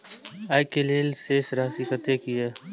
आय के लेल शेष राशि कतेक या?